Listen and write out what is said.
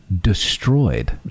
destroyed